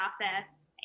process